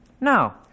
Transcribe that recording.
Now